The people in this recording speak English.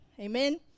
Amen